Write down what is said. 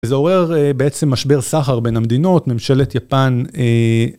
זה עורר בעצם משבר סחר בין המדינות, ממשלת יפן...